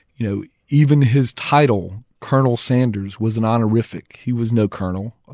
you know even his title colonel sanders was an honorific he was no colonel.